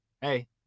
Hey